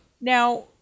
Now